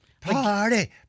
Party